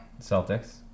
Celtics